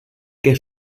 que